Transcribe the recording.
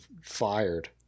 fired